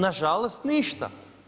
Nažalost ništa.